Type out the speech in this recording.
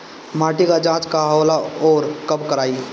माटी क जांच कहाँ होला अउर कब कराई?